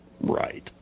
right